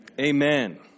Amen